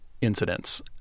incidents